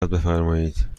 بفرمایید